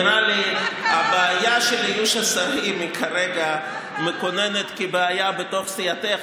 נראה לי שהבעיה של איוש השרים היא כרגע מכוננת כבעיה בתוך סיעתך,